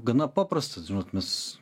gana paprastas nes